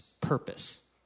purpose